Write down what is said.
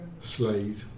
Slade